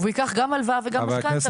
והוא ייקח גם הלוואה וגם משכנתא,